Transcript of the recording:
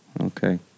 Okay